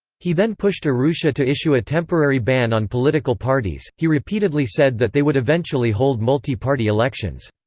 he then pushed urrutia to issue a temporary ban on political parties he repeatedly said that they would eventually hold multiparty elections.